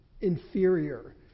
inferior